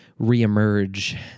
reemerge